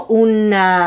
una